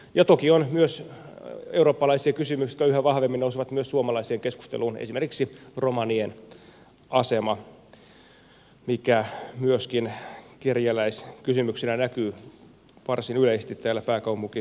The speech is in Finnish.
ja toki on myös eurooppalaisia kysymyksiä jotka yhä vahvemmin nousevat myös suomalaiseen keskusteluun esimerkiksi romanien asema mikä myöskin kerjäläiskysymyksenä näkyy varsin yleisesti täällä pääkaupunkiseudullakin